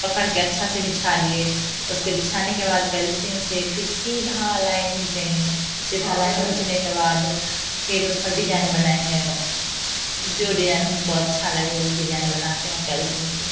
पकड़ के अच्छा से बिछा लिए उसके बिछाने के बाद पेलिसिन से फिर सीधा लाइन खींचेंगे सीधा लाइन खींचने के बाद फिर उस पर डिजाइन बनाएंगे जो डिजाइन हमको अच्छा लगे वो डिजाइन बनाते हैं पेन्सिल से उसे